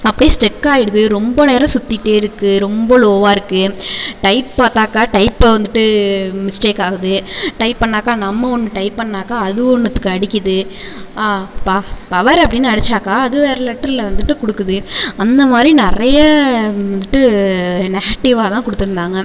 அப்படியே ஸ்டெக் ஆயிடுது ரொம்ப நேரம் சுத்திகிட்டே இருக்குது ரொம்ப லோவாக இருக்குது டைப் பார்த்தாக்கா டைப்பை வந்துட்டு மிஸ்டேக் ஆகுது டைப் பண்ணாக்கா நம்ம ஒன்று டைப் பண்ணாக்கா அது ஒன்னுத்துக்கு அடிக்குது பா பவர் அப்படினு அடிச்சாக்கா அது வேற லெட்டர்ல வந்துட்டு கொடுக்குது அந்தமாதிரி நிறைய வந்துட்டு நெகட்டிவாக தான் கொடுத்துருந்தாங்க